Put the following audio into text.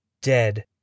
dead